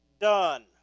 done